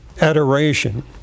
Adoration